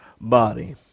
body